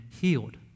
healed